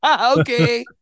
Okay